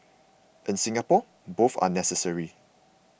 in Singapore both are necessary